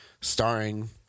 starring